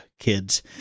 kids